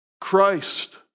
Christ